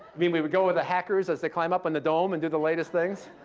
mean we would go with the hackers as they climb up on the dome and do the latest things?